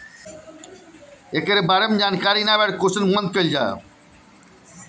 एक दिन में एक लाख से अधिका पईसा नाइ भेजे चाहत बाटअ तअ एतना ही रहे दअ